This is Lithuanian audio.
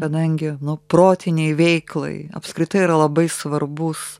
kadangi nu protinei veiklai apskritai yra labai svarbus